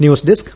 news desk